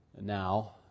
now